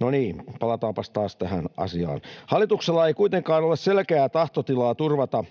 No niin, palataanpas taas tähän asiaan. Hallituksella ei kuitenkaan ole selkeää tahtotilaa turvata